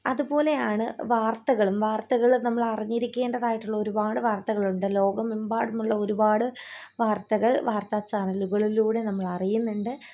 അതു പോലെയാണ് വാർത്തകളും വാർത്തകൾ നമ്മൾ അറിഞ്ഞിരിക്കേണ്ടതായിട്ടുള്ള ഒരുപാട് വാർത്തകളുണ്ട് ലോകമെമ്പാടുമുള്ള ഒരുപാട് വാർത്തകൾ വാർത്താ ചാനലുകളിലൂടെ നമ്മൾ അറിയുന്നുണ്ട്